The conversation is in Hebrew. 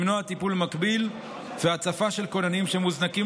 למנוע טיפול מקביל ו"הצפה" של כוננים שמוזנקים